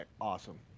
Awesome